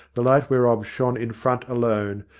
the light whereof shone in front alone,